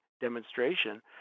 demonstration